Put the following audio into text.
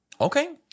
Okay